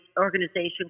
organization